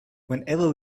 whenever